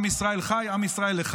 עם ישראל חי, עם ישראל אחד.